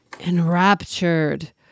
Enraptured